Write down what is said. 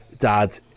dad